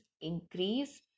increase